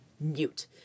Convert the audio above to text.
mute